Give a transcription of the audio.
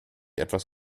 etwas